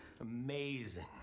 Amazing